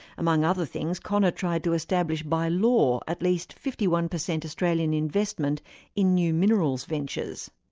among other things, connor tried to establish by law at least fifty one percent australian investment in new minerals ventures.